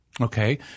Okay